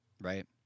right